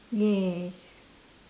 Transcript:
yes